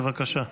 בבקשה.